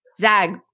zag